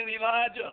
Elijah